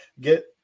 Get